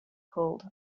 called